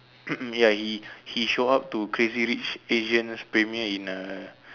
ya he he show up to crazy rich asian's premiere in err